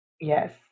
Yes